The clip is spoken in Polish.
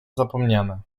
zapomniane